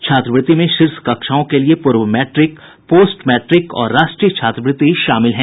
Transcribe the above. छात्रवृत्ति में शीर्ष कक्षाओं के लिए पूर्व मैट्रिक पोस्ट मैट्रिक और राष्ट्रीय छात्रवृत्ति शामिल हैं